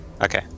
Okay